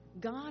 God